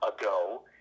ago